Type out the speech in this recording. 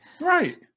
Right